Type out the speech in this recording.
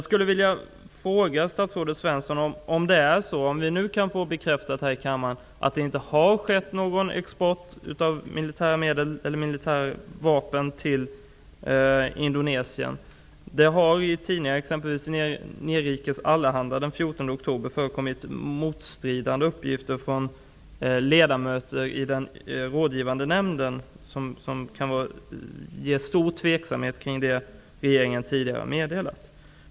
Svensson. Kan vi få bekräftat här i kammaren att det inte har skett någon export av vapen till Indonesien? Det har t.ex. i Nerikes Allehanda den 14 oktober kommit otstridande uppgifter från ledamöter i den rådgivande nämnden, som uttalar stor tveksamhet kring det regeringen tidigare meddelat.